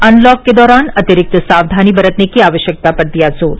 unlock के दौरान अतिरिक्त सावधानी बरतने की आवश्यकता पर दिया जोर